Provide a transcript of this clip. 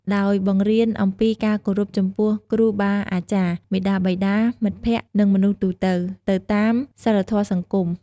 ដោយបង្រៀនអំពីការគោរពចំពោះគ្រូបាអាចារ្យ មាតាបិតា មិត្តភក្តិ និងមនុស្សទូទៅ ទៅតាមសីលធម៌សង្គម។